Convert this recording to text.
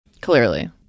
Clearly